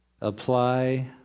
apply